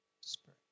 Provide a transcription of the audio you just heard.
Spirit